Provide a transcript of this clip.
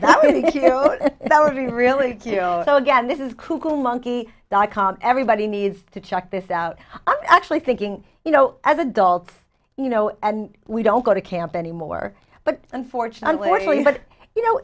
think that would be really you know again this is cuckoo monkey dot com everybody needs to check this out i'm actually thinking you know as adults you know and we don't go to camp anymore but unfortunately but you know